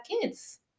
kids